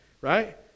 right